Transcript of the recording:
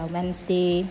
Wednesday